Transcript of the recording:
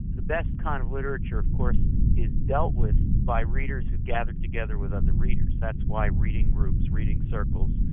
the best kind of literature of course is dealt with by readers who gather together with other readers, that's why reading groups, reading circles,